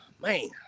man